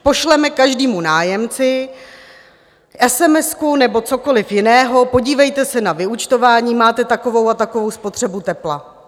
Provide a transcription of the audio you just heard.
Pošleme každému nájemci esemesku nebo cokoliv jiného: Podívejte se na vyúčtování, máte takovou a takovou spotřebu tepla?